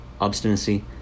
obstinacy